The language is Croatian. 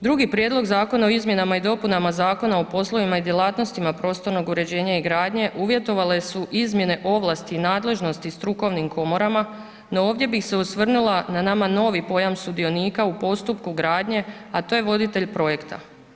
Drugi Prijedlog zakona o izmjenama i dopunama Zakona o poslovima i djelatnostima prostornog uređenja i gradnje uvjetovale su izmjene ovlasti i nadležnosti strukovnim komorama no ovdje bih se osvrnula na nama novi pojam sudionika u postupku gradnje a to je voditelj projekta.